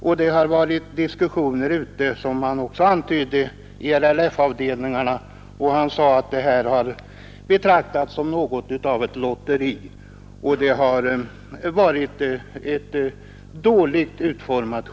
Vidare sade herr Hedin att det förekommit diskussioner i LRF-avdelningarna, att skördeskadeskyddet har betraktats som något av ett lotteri och att det alltså varit dåligt utformat.